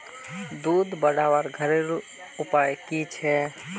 दूध बढ़वार घरेलू उपाय की छे?